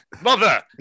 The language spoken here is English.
mother